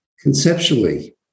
Conceptually